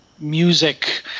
music